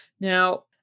Now